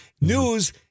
News